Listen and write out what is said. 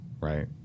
right